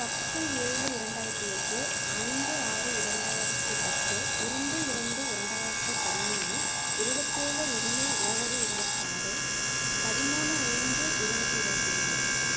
பத்து ஏழு இரண்டாயிரத்தி எட்டு ஐந்து ஆறு இரண்டாயிரத்தி பத்து இரண்டு இரண்டு இரண்டாயிரத்தி பதிமூணு இருவத்தேழு ஒன்று இருபது இருபத்தாறு பதிமூணு ஐந்து இருபது இருபத்தி மூணு